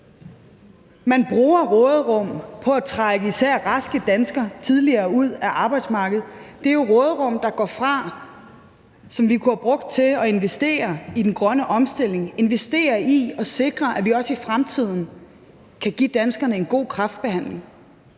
man bruger råderum på at trække især raske danskere tidligere ud af arbejdsmarkedet. Det er jo råderum, der går fra, som vi kunne have brugt til at investere i den grønne omstilling og investere i at sikre, at vi også i fremtiden kan give danskerne en god kræftbehandling,